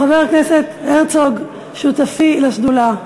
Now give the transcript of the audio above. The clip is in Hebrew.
חבר הכנסת הרצוג, שותפי לשדולה,